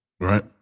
right